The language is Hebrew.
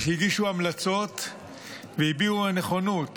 הגישו המלצות והביעו נכונות